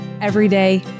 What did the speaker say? everyday